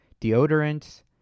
deodorants